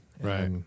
Right